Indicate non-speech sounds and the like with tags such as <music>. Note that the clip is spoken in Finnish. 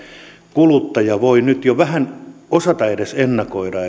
kuluttaja voi nyt jo vähän osata ennakoida <unintelligible>